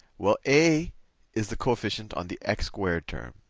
well, a is the coefficient on the x squared term.